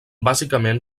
bàsicament